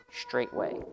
straightway